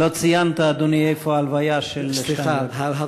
לא ציינת, אדוני, איפה ההלוויה של שטיינברג.